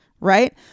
right